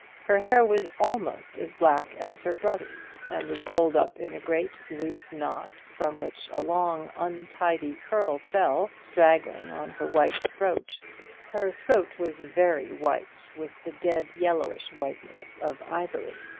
her hair was almost as black as her brother's, and was rolled up in a great loose knot, from which a long untidy curl fell straggling on her white throat her throat was very white, with the dead, yellowish whiteness of ivory.